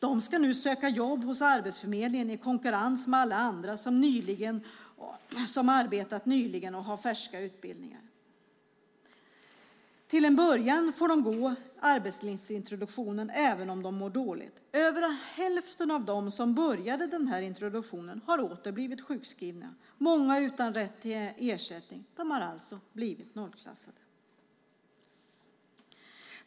De ska nu söka jobb hos Arbetsförmedlingen i konkurrens med alla andra som nyligen arbetat och har färska utbildningar. Till en början får de gå arbetslivsintroduktionen även om de mår dåligt. Över hälften av dem som började i arbetslivsintroduktionen har åter blivit sjukskrivna - många utan rätt till ersättning; de har alltså blivit nollklassade.